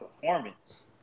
performance